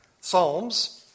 Psalms